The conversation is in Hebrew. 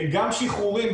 גם שחרורים,